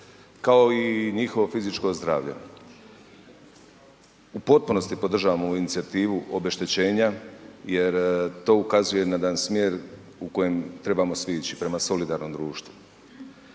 kao i njihovo fizičko zdravlje. U potpunosti podržavam ovu inicijativu obeštećenja jer to ukazuje na jedan smjer u kojem trebamo svi ići, prema solidarnom društvu.